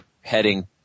heading